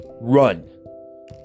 run